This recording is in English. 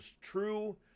true